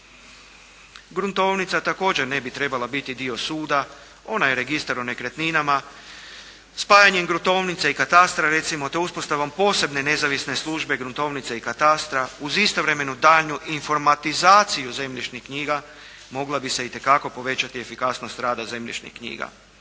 Gruntovnica također ne bi trebala biti dio suda, onda je registar u nekretninama, spajanjem Gruntovnice i Katastra, recimo te uspostavom posebne nezavisne službe Gruntovnice i Katastra uz istovremenu daljnju informatizaciju zemljišnih knjiga mogla bi se itekako povećati efikasnost rada zemljišnih knjiga.